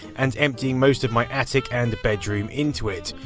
and emptying most of my attic and bedroom into it.